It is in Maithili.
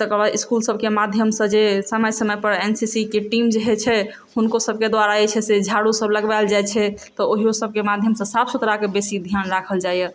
इसकुल सबके माध्यमसँ जे समय समयपर एन सी सी के टीम जे होइ छै हुनको सभकेँ द्वारा जे चाही से झाड़ू सब लगवाओल जाइ छै तऽ ओहियो सबके माध्यमसँ साफ सुथड़ाके बेसी ध्यान राखल जाइए